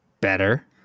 Better